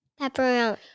Pepperoni